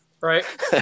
right